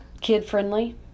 kid-friendly